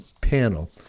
panel